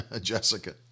Jessica